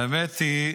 האמת היא,